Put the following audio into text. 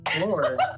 Lord